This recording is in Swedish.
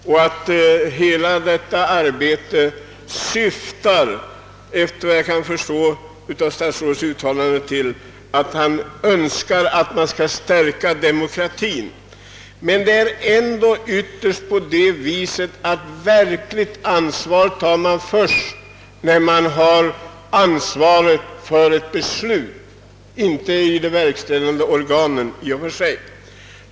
Och det arbete som pågår i fråga om kommunsammanslagningarna syftar ju till att stärka demokratin. Men det är ändå ytterst så att man tar verkligt ansvar först när man bär ansvaret för ett beslut — inte bara verkställer det.